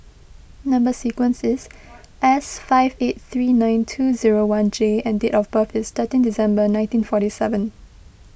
Number Sequence is S five eight three nine two zero one J and date of birth is thirteen December nineteen forty seven